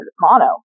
mono